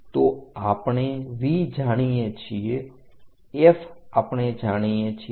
તો આપણે V જાણીએ છીએ F આપણે જાણીએ છીએ